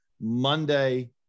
Monday